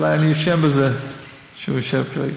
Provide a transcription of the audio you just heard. אולי אני אשם בזה שהוא יושב כרגע.